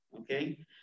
Okay